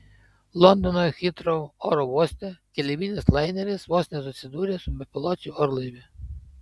londono hitrou oro uoste keleivinis laineris vos nesusidūrė su bepiločiu orlaiviu